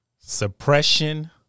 Suppression